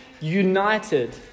united